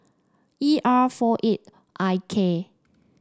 E R four eight I K